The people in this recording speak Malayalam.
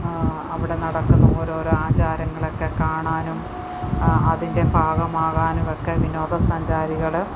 അവിടെ നടക്കുന്ന ഓരോരോ ആചാരങ്ങളൊക്കെ കാണാനും അതിൻ്റെ ഭാഗമാകാനും ഒക്കെ വിനോദസഞ്ചാരികൾ